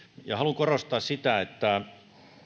ja haluan korostaa sitä että